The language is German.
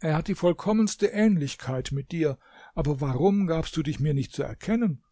er hat die vollkommenste ähnlichkeit mit dir aber warum gabst du dich mir nicht zu erkennen